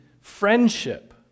friendship